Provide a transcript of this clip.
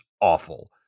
awful